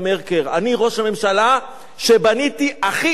אני ראש הממשלה שבנה הכי מעט.